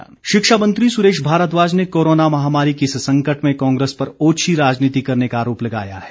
सुरेश भारद्वाज शिक्षा मंत्री सुरेश भारद्वाज ने कोरोना महामारी के इस संकट में कांग्रेस पर ओछी राजनीति करने का आरोप लगाया है